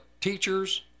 teachers